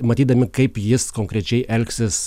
matydami kaip jis konkrečiai elgsis